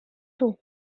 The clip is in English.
two